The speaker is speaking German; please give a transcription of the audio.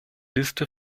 liste